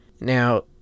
Now